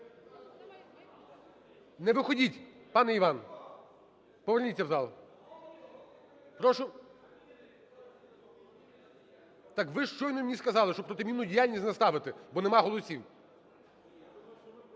Не виходьте, пане Іван, поверніться в зал. Прошу… Так ви ж щойно мені сказали, щоб протимінну діяльність не ставити, бо нема голосів.